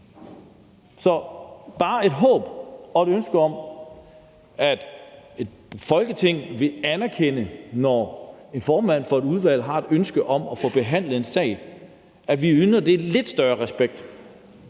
har bare et håb og et ønske om, at et Folketing vil anerkende det, når en formand for et udvalg har et ønske om at få behandlet en sag, og at vi udviser lidt større respekt